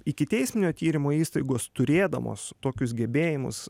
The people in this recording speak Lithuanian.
ikiteisminio tyrimo įstaigos turėdamos tokius gebėjimus